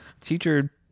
teacher